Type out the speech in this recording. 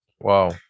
Wow